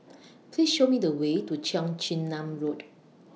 Please Show Me The Way to Cheong Chin Nam Road